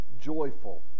joyful